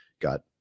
got